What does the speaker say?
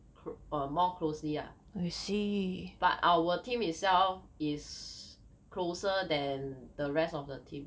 clo~ err more closely lah but our team itself is closer than the rest of the team